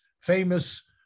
famous